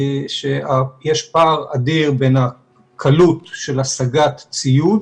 שיש פער אדיר בין הקלות של השגת ציוד